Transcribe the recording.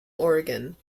oregon